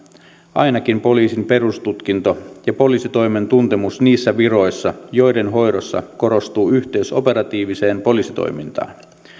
ainakin poliisin perustutkinto ja poliisitoimen tuntemus niissä viroissa joiden hoidossa korostuu yhteys operatiiviseen poliisitoimintaan